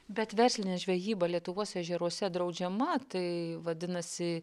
bet verslinė žvejyba lietuvos ežeruose draudžiama tai vadinasi